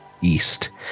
east